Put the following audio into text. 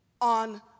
on